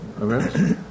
Okay